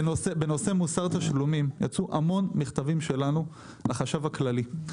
בנושא מוסר תשלומים יצאו הרבה מכתבים שלנו לחשב הכללי,